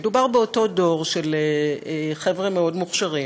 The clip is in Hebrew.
מדובר באותו דור, של חבר'ה מאוד מסורים.